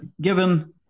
given